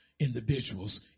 individuals